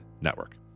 Network